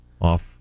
Off